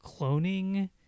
cloning